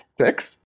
six